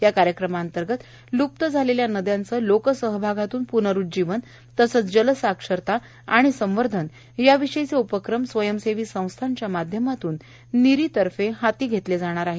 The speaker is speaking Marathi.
या कार्यक्रमाअंतर्गत ल्प्त झालेल्या नद्यांचं लोकसहभागानं पुनरुज्जीवन तसंच जलसाक्षरता आणि संवर्धन याविषयीचे उपक्रम स्वयंसेवी संस्थांच्या माध्यमातून निरीतर्फे हाती घेतल्या जाणार आहेत